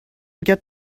get